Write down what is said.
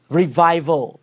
revival